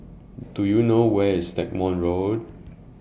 Do YOU know Where IS Stagmont Road